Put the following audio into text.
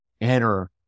enter